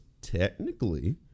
technically